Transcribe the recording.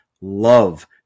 love